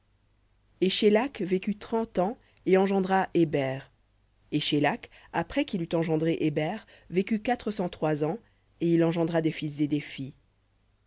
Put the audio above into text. et shélakh vécut trente ans et engendra héber et shélakh après qu'il eut engendré héber vécut quatre cent trois ans et il engendra des fils et des filles